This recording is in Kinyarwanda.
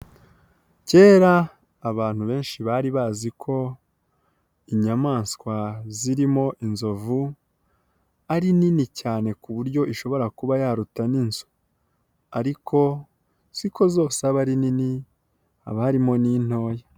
Kera abantu benshi bari bazi ko inyamaswa zirimo inzovu ari nini cyane ku buryo ishobora kuba yaruta n'inzu, ariko siko zose aba ari nini, haba harimo n'intoya.